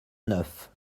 neuf